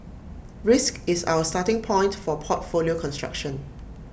risk is our starting point for portfolio construction